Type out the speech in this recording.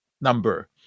number